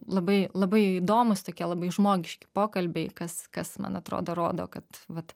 labai labai įdomūs tokie labai žmogiški pokalbiai kas kas man atrodo rodo kad vat